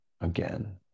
again